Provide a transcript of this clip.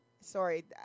Sorry